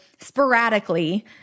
sporadically